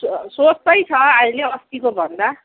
स सस्तै छ अहिले अस्तिको भन्दा